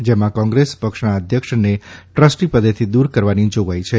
જેમાં કોંગ્રેસ પક્ષના અધ્યક્ષને ટ્રસ્ટીપદેથી દૂર કરવાની જોગવાઇ છે